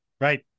Right